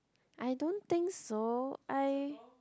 I don't think so I